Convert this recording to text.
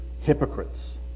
hypocrites